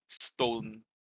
stone